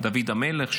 דוד המלך,